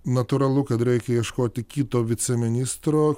natūralu kad reikia ieškoti kito viceministro